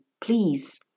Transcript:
please